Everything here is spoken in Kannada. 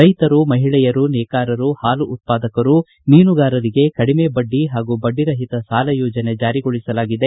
ರೈತರು ಮಹಿಳೆಯರು ನೇಕಾರರು ಹಾಲು ಉತ್ಪಾದರು ಮೀನುಗಾರರಿಗೆ ಕಡಿಮೆ ಬಡ್ಡಿ ಹಾಗೂ ಬಡ್ಡಿರಹಿತ ಸಾಲ ಯೋಜನೆ ಜಾರಿಗೊಳಸಲಾಗಿದೆ